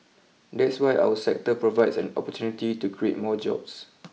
that is why our sector provides an opportunity to create more jobs